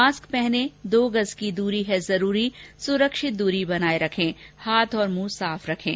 mask पहनें दो गज की दूरी है जरूरी सुरक्षित दूरी बनाए रखें हाथ और मुंह साफ रखें